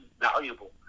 valuable